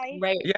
right